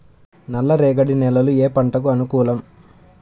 నల్ల రేగడి నేలలు ఏ పంటకు అనుకూలం?